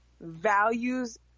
values